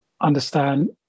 understand